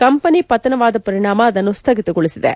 company ಪತನವಾದ ಪರಿಣಾಮ ಅದನ್ನು ಸ್ಥಗಿತಗೊಳಿಸಿದೆ